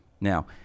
Now